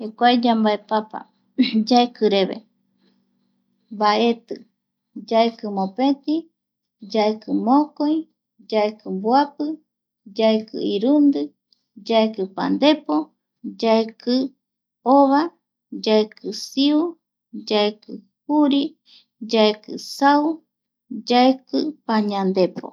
Jekuae yambaepapa, yaekireve, mbaeti, yaiki mopeti yaiki mokoi, yaiki mboapi, yaiki irundi, yaiki pandepo, yaeki ova, yaeki siu, yaeki juri, yaeki sau, yaeki pañandepo.